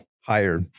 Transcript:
higher